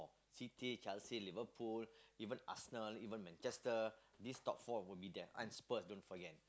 City Chelsea Liverpool even Arsenal even Manchester these top four will be there unspurred don't forget